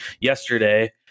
yesterday